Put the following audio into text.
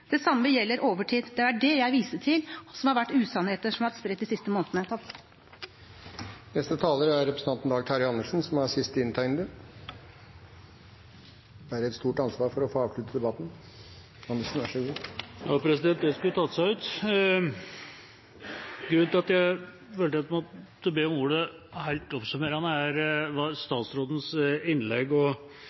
Det samme gjelder overtid. Det er det jeg viste til, som har vært usannheter som har vært spredt de siste månedene. Neste taler er representanten Dag Terje Andersen, som er siste inntegnede. Han bærer et stort ansvar for å få avsluttet debatten. Det skulle tatt seg ut. Grunnen til at jeg vurderte det sånn at jeg måtte be om ordet helt oppsummerende, var statsrådens innlegg.